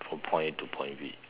from point A to point B